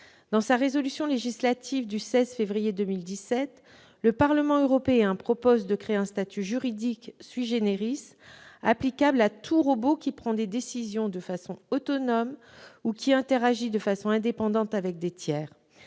Dans sa résolution législative du 16 février 2017, le Parlement européen propose de créer un statut juridique applicable à « tout robot qui prend des décisions autonomes ou qui interagit de façon indépendante avec des tiers